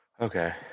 Okay